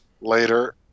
later